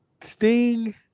Sting